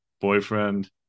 boyfriend